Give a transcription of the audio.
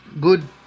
Good